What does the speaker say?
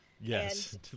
Yes